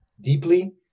deeply